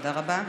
תודה רבה.